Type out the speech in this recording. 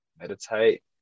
meditate